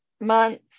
months